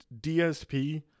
DSP